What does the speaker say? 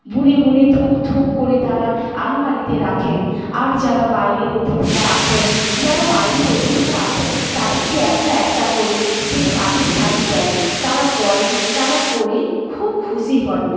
বুনে বুনে থোক থোক করে তারা আলমারিতে রাখেন আর যারা বাইরের অতিথিরা আসেন যারা বাইরের অতিথিরা আসেন তাদেরকে একটা একটা করে সেই তাঁতের শাড়ি দেন তারা পরেন তারা পরে খুব খুশি হন